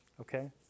Okay